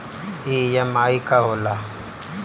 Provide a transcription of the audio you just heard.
EMI का होला?